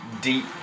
deep